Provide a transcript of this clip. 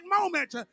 moment